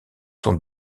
sont